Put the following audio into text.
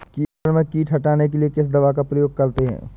मटर में कीट हटाने के लिए किस दवा का प्रयोग करते हैं?